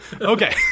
Okay